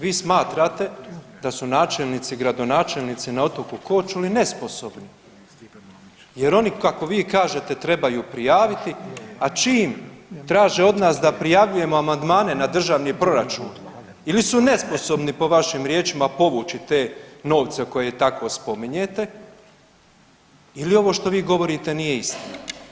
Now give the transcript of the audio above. Vi smatrate da su načelnici i gradonačelnici na otoku Korčuli nesposobni jer oni kako vi kažete, trebaju prijaviti a čim traže od nas da prijavljujemo amandmane na državni proračun, ili su nesposobni po vašim riječima povući te novce koje tako spominjete ili ovo što vi govorite nije istina.